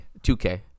2K